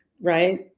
right